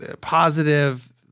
positive